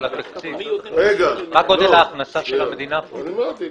רבותיי, מה שאמרתם הבנתי,